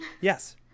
Yes